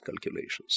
calculations